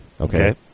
Okay